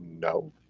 No